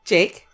Jake